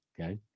Okay